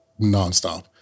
nonstop